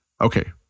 Okay